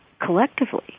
collectively